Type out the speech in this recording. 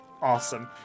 awesome